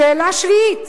שאלה שביעית: